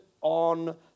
on